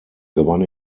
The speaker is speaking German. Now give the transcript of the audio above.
gewann